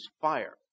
fire